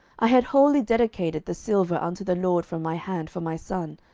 i had wholly dedicated the silver unto the lord from my hand for my son,